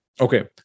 Okay